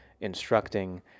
instructing